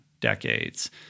decades